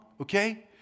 okay